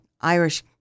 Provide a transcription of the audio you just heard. Irish